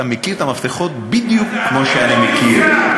אתה מכיר את המפתחות בדיוק כמו שאני מכיר.